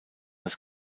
das